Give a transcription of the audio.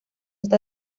esta